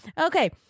Okay